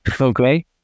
Okay